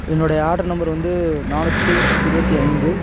என்னோடைய order number வந்து நானூற்றி இருபத்தி ஐந்து